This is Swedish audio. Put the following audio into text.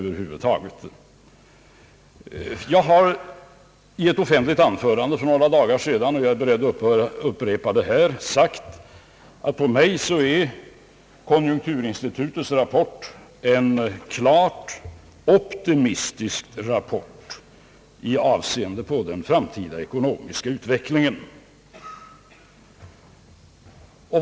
Jag har sagt i ett offentligt anförande för några dagar sedan, och jag är beredd att upprepa det här, att för mig är konjunkturinstitutets rapport klart optimistisk med avseende på den framtida ekonomiska utvecklingen.